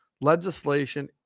legislation